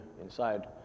inside